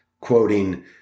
quoting